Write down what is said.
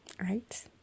Right